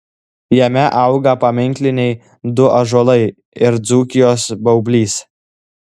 jame auga paminkliniai du ąžuolai ir dzūkijos baublys